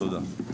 תודה.